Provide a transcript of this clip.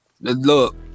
look